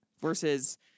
Versus